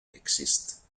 exist